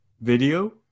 video